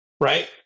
right